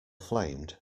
flamed